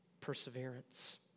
perseverance